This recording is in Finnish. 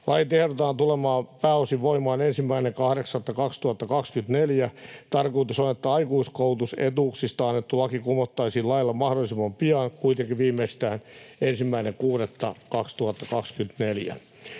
Lait ehdotetaan tulemaan pääosin voimaan 1.8.2024. Tarkoitus on, että aikuiskoulutusetuuksista annettu laki kumottaisiin lailla mahdollisimman pian, kuitenkin viimeistään 1.6.2024.